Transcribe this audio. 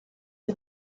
the